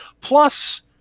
plus